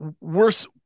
worse